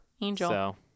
angel